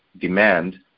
demand